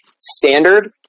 standard